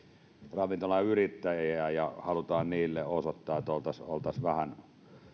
ravintolayrittäjiä ja ja halutaan heille osoittaa että oltaisiin oltaisiin vähän